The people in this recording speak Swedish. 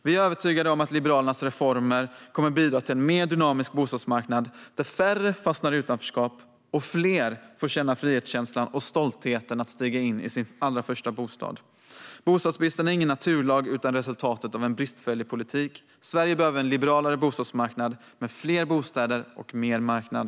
Vi är övertygade om att Liberalernas reformer kommer att bidra till en mer dynamisk bostadsmarknad där färre fastnar i utanförskap och fler får känna frihetskänslan och stoltheten i att stiga in i sin allra första bostad. Bostadsbristen är ingen naturlag utan resultatet av en bristfällig politik. Sverige behöver en liberalare bostadsmarknad med fler bostäder och mer marknad.